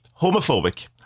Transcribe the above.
homophobic